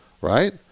right